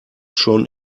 schon